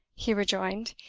he rejoined,